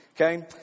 Okay